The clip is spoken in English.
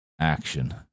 action